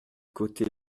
côté